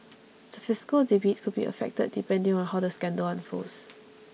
the fiscal debate could be affected depending on how the scandal unfolds